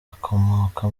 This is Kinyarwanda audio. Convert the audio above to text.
akomoka